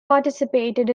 participated